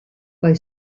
bei